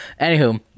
Anywho